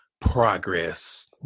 progress